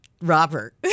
Robert